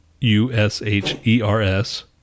U-S-H-E-R-S